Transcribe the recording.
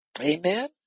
Amen